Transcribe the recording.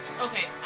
Okay